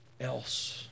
else